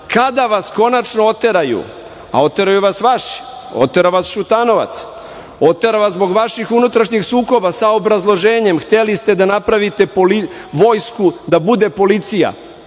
Kada vas konačno oteraju, a oteraju vas vaši, otera vas Šutanovac, otera vas zbog vaših unutrašnjih sukoba sa obrazloženjem - hteli ste da napravite Vojsku da bude policija.